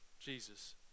Jesus